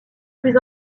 plus